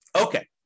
Okay